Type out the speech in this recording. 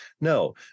No